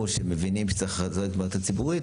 אמרו שצריך לחזק את המערכת הציבורית,